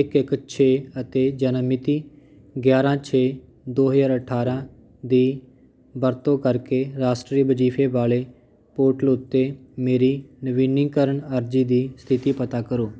ਇੱਕ ਇੱਕ ਛੇ ਅਤੇ ਜਨਮ ਮਿਤੀ ਗਿਆਰਾਂ ਛੇ ਦੋ ਹਜ਼ਾਰ ਅਠਾਰਾਂ ਦੀ ਵਰਤੋਂ ਕਰਕੇ ਰਾਸ਼ਟਰੀ ਵਜ਼ੀਫ਼ੇ ਵਾਲੇ ਪੋਰਟਲ ਉੱਤੇ ਮੇਰੀ ਨਵੀਨੀਕਰਨ ਅਰਜ਼ੀ ਦੀ ਸਥਿਤੀ ਪਤਾ ਕਰੋ